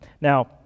Now